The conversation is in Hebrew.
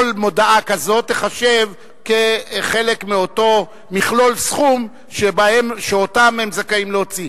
וכל מודעה כזאת תיחשב כחלק מאותו מכלול סכום שאותו הם זכאים להוציא.